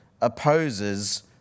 opposes